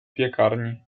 piekarni